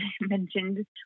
mentioned